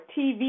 TV